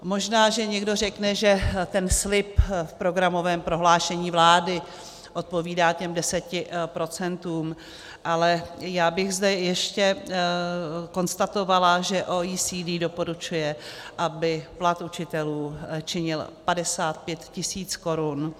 Možná že někdo řekne, že ten slib v programovém prohlášení vlády odpovídá těm 10 %, ale já bych zde ještě konstatovala, že OECD doporučuje, aby plat učitelů činil 55 tis. korun.